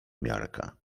miarka